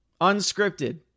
unscripted